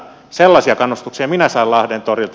sellaisia kannustuksia minä sain lahden torilta